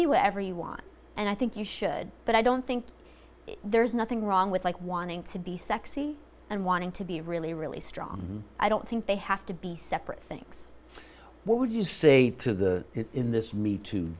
be where everyone and i think you should but i don't think there's nothing wrong with like wanting to be sexy and wanting to be really really strong i don't think they have to be separate things what would you say to the in this me t